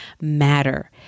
Matter